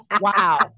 Wow